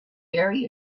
very